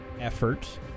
effort